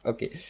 Okay